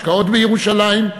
השקעות בירושלים,